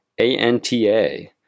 ANTA